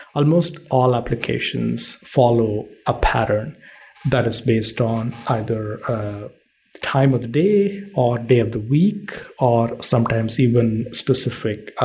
almost all applications follow a pattern that is based on either time of the day, or day of the week, or sometimes even specific